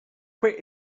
quit